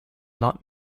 not